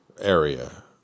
area